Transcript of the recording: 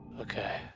okay